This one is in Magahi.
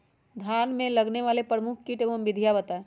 धान में लगने वाले प्रमुख कीट एवं विधियां बताएं?